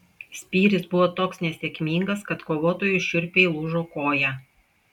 spyris buvo toks nesėkmingas kad kovotojui šiurpiai lūžo koją